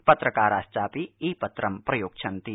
पत्रकाराश्चापि ईपत्रं प्रयोक्ष्यन्ति